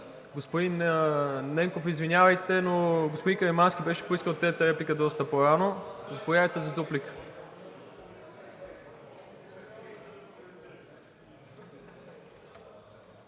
Господин Ненков, извинявайте, но господин Каримански беше поискал трета реплика доста по-рано. Заповядайте за дуплика.